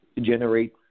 generate